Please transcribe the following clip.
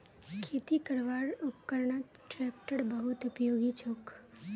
खेती करवार उपकरनत ट्रेक्टर बहुत उपयोगी छोक